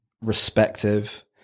respective